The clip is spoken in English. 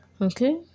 Okay